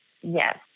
Yes